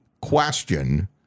question